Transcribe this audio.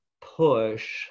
push